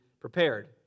prepared